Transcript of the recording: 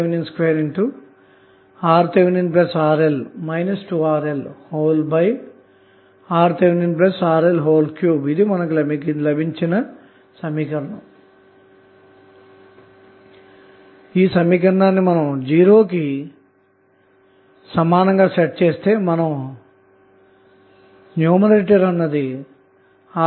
కాబట్టి ఈ సమీకరణాన్ని '0' కి సమానంగా సెట్ చేస్తే మనకు న్యూమరేటర్ అన్నది RThRL 2RL0